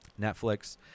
Netflix